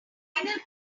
component